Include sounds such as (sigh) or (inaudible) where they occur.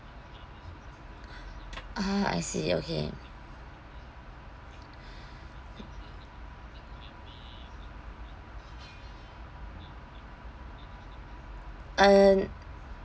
(breath) ah I see okay (breath) and